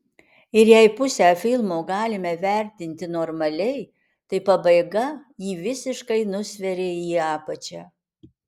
ir jei pusę filmo galime vertinti normaliai tai pabaiga jį visiškai nusveria į apačią